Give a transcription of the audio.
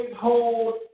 hold